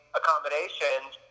accommodations